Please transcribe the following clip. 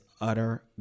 utter